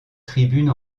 tribune